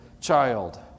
child